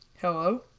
Hello